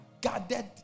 guarded